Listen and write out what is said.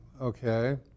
okay